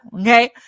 okay